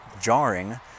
jarring